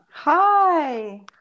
Hi